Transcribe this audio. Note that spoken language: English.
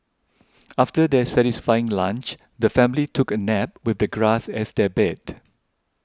after their satisfying lunch the family took a nap with the grass as their bed